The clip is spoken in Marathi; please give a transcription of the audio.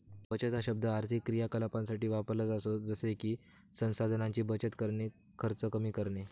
बचत हा शब्द आर्थिक क्रियाकलापांसाठी वापरला जातो जसे की संसाधनांची बचत करणे, खर्च कमी करणे